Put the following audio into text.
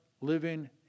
living